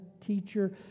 teacher